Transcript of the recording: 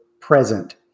present